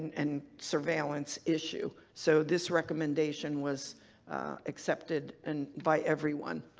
and surveillance issue. so this recommendation was accepted and by everyone.